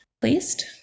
placed